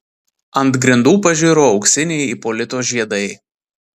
ant grindų pažiro auksiniai ipolito žiedai